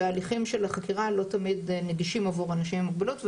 וההליכים של החקירה לא תמיד נגישים עבור אנשים עם מוגבלות.